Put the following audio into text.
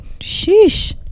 sheesh